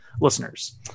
listeners